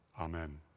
Amen